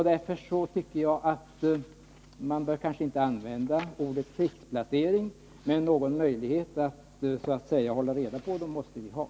Därför tycker jag att man kanske inte bör använda ordet krigsplacering. Men vi måste ha någon möjlighet att så att säga hålla reda på dessa personer.